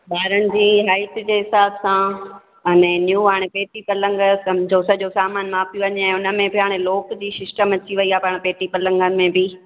ॿारनि जी हाइट जे हिसाबु सां अने न्यू हाणे सेटी पलंग जो समुझो सॼो सामानु मापी वञे ऐं हुन में बि हाणे लॉक जी सिस्टम अची वेई आहे हा सेटी पलंग में बि